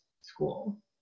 school